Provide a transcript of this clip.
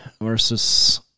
versus